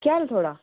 केह् हाल थुआढ़ा